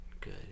good